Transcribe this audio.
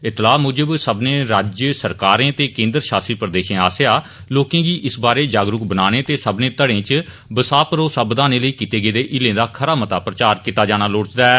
इत्तलाह् मुजब सब्मनें राज्य सरकारे ते केन्द्र शासित प्रदेशो आसेआ लोके गी इस बारै जागरूक बनाने ते सब्मने घड़े च बसाह मरोसा बघाने लेई कीते गेदे हीलें दा खरा मता प्रचार कीता जाना लोड़चदा ऐ